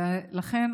לכן,